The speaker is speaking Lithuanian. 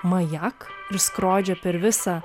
majak ir skrodžia per visą